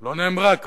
לא נאמרה כאן.